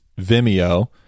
Vimeo